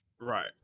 right